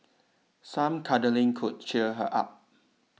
some cuddling could cheer her up